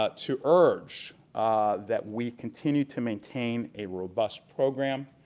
ah to urge that we continue to maintain a robust program.